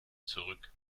zurück